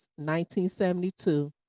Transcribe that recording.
1972